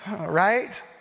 right